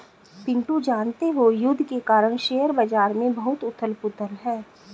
पिंटू जानते हो युद्ध के कारण शेयर बाजार में बहुत उथल पुथल है